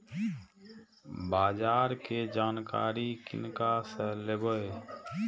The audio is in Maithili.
बाजार कै जानकारी किनका से लेवे?